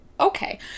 Okay